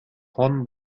кан